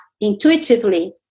intuitively